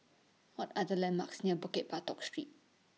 What Are The landmarks near Bukit Batok Street